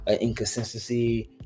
inconsistency